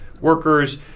workers